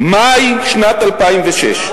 מאי שנת 2006,